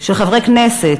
של חברי כנסת,